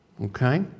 Okay